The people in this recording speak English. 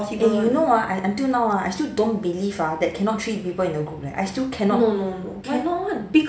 eh you know ah I until now ah I still don't believe ah that cannot treat people in the group leh I still cannot cannot [one]